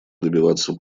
добиваться